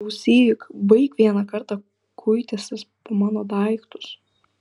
klausyk baik vieną kartą kuitęsis po mano daiktus